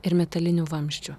ir metalinių vamzdžių